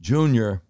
Junior